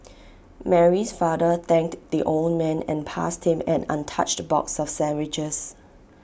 Mary's father thanked the old man and passed him an untouched box of sandwiches